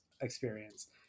experience